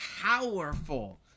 powerful